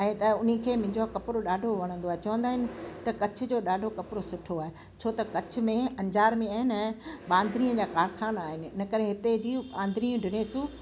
ऐं त उनखे मुहिंजो कपिड़ो ॾाढो वणंदो आहे चवंदा आहिनि त कच्छ जो ॾाढो कपिड़ो सुठो आहे छो त कच्छ में अंजार में आहे न बांद्रीअ जा कारखाना आहिनि हिते जी बांद्रीअ जी ड्रेसूं